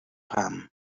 pam